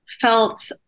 felt